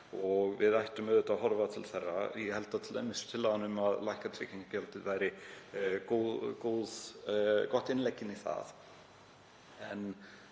og við ættum auðvitað að horfa til þeirra. Ég held að t.d. tillagan um að lækka tryggingagjaldið væri gott innlegg í það.